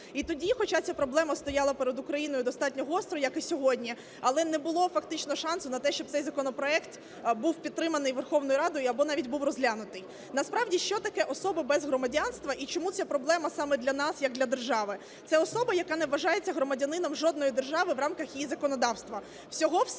І тоді, хоча ця проблема стояла перед Україною достатньо гостро, як і сьогодні, але не було фактично шансу на те, щоб цей законопроект був підтриманий Верховною Радою або навіть був розглянутий. Насправді що таке особа без громадянства і чому це проблема саме для нас як для держави. Це особа, яка не вважається громадянином жодної держави в рамках її законодавства.